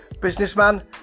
businessman